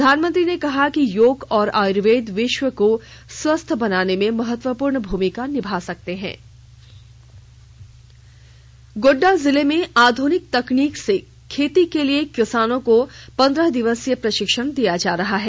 प्रधानमंत्री ने कहा कि योग और आयुर्वेद विश्व को स्वस्थ बनाने में महत्वपूर्ण भूमिका निभा सकते हैं स्पेशल स्टोरी गोड़डा गोड्डा जिले में आधुनिक तकनीक से खेती के लिए किसानों को पंद्रह दिवसीय प्रशिक्षण दिया जा रहा है